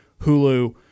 Hulu